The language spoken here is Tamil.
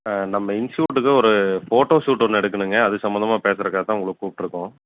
நம்ம இன்ஷூட்டுக்கு ஒரு ஃபோட்டோ ஷூட் ஒன்று எடுக்கணுங்க அது சம்மந்தமாக பேசுகிறக்காக தான் உங்களுக்கு கூப்பிட்ருக்கோம்